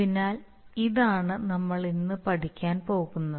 അതിനാൽ ഇതാണ് നമ്മൾ ഇന്ന് പഠിക്കാൻ പോകുന്നത്